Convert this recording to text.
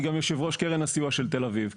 אני גם יושבו-ראש קרן הסיוע לעסקים של תל-אביב.